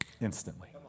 instantly